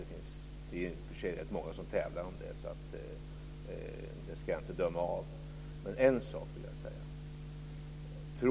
Det är i och för sig rätt många som tävlar om det, så det ska jag inte bedöma. Men en sak vill jag säga.